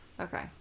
Okay